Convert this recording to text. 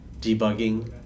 Debugging